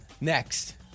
Next